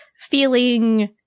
feeling